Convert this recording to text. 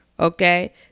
Okay